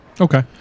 Okay